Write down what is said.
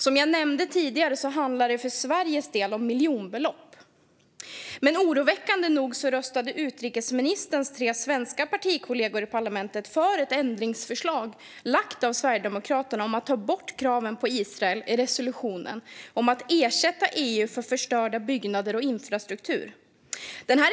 Som jag nämnde tidigare handlar det för Sveriges del om miljonbelopp. Oroväckande nog röstade utrikesministerns tre svenska partikollegor i parlamentet för ett ändringsförslag framlagt av Sverigedemokraterna om att ta bort kraven på Israel i resolutionen om att ersätta EU för förstörda byggnader och infrastruktur.